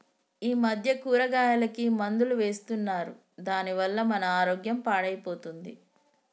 ఈ మధ్య కూరగాయలకి మందులు వేస్తున్నారు దాని వల్ల మన ఆరోగ్యం పాడైపోతుంది